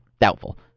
doubtful